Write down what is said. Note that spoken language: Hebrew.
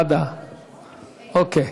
ועדה, אוקיי.